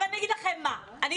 אבל אני אגיד לכם מה הבעיה.